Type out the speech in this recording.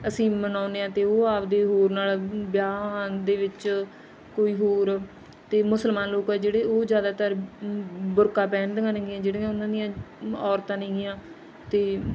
ਅਸੀਂ ਮਨਾਉਦੇ ਹਾਂ ਅਤੇ ਉਹ ਆਪਦੀ ਹੋਰ ਨਾਲ ਵਿਆਹ ਦੇ ਵਿੱਚ ਕੋਈ ਹੋਰ ਅਤੇ ਮੁਸਲਮਾਨ ਲੋਕ ਆ ਜਿਹੜੇ ਉਹ ਜ਼ਿਆਦਾਤਰ ਬੁਰਕਾ ਪਹਿਨਦੀਆਂ ਨੇਗੀਆਂ ਜਿਹੜੀਆਂ ਉਹਨਾਂ ਦੀਆਂ ਔਰਤਾਂ ਨੇਗੀਆਂ ਅਤੇ